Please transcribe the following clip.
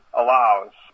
allows